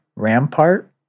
Rampart